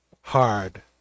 hard